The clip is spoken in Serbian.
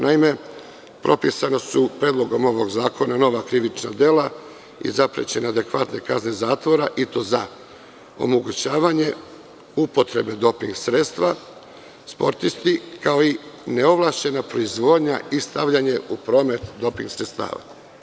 Naime, propisana su Predlogom ovog zakona nova krivična dela, i zaprećene adekvatne kazne zatvora i to za omogućavanje upotrebe doping sredstva sportisti, kao i neovlašćena proizvodnja i stavljanje u promet doping sredstava.